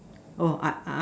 oh art art